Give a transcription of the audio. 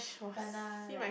kena like